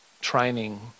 training